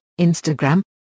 Instagram